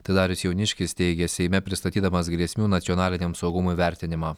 tai darius jauniškis teigė seime pristatydamas grėsmių nacionaliniam saugumui vertinimą